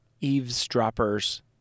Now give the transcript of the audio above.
eavesdroppers